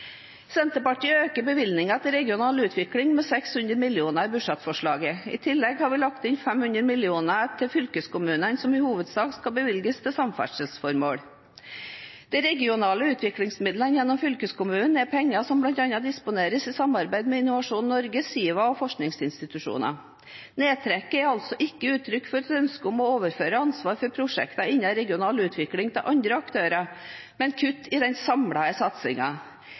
Senterpartiet øker bevilgningene til regional utvikling med 600 mill. kr i budsjettforslaget. I tillegg har vi lagt inn 500 mill. kr. til fylkeskommunene som i hovedsak skal bevilges til samferdselsformål. De regionale utviklingsmidlene gjennom fylkeskommunene er penger som bl.a. disponeres i samarbeid med Innovasjon Norge, SIVA og forskningsinstitusjoner. Nedtrekket er altså ikke uttrykk for et ønske om å overføre ansvar for prosjekter innen regional utvikling til andre aktører, men kutt i den samlede